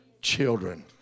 children